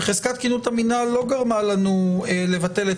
וחזקת תקינות המינהל לא גרמה לנו לבטל את